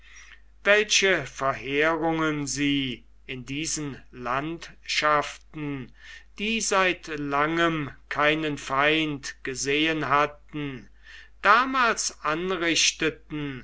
welche verheerungen sie in diesen landschaften die seit langem keinen feind gesehen hatten damals anrichteten